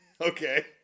Okay